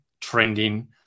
trending